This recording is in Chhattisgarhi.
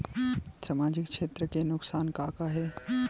सामाजिक क्षेत्र के नुकसान का का हे?